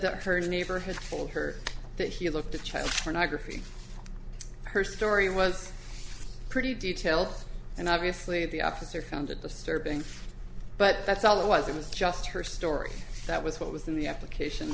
her that she looked at child pornography her story was pretty detailed and obviously the officer found at the serving but that's all it was it was just her story that was what was in the application